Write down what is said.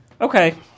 Okay